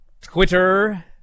Twitter